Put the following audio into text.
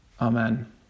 Amen